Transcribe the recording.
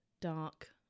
Dark